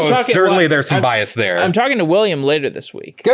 certainly, there's some bias there i'm talking to william later this week,